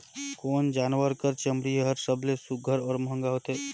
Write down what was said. कोन जानवर कर चमड़ी हर सबले सुघ्घर और महंगा होथे?